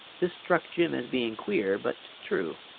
this struck jim as being queer, but true.